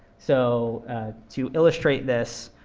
so to illustrate this,